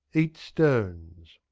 eat stones.